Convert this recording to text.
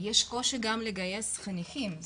יש קושי גם לגייס חניכים,